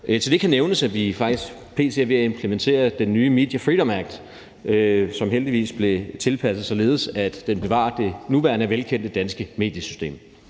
Og det kan nævnes, at vi faktisk er ved at implementere den nye European Media Freedom Act, som heldigvis blev tilpasset således, at den bevarer det nuværende velkendte danske mediesystem.